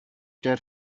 dead